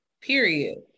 Period